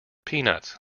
peanuts